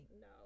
no